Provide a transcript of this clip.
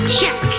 Check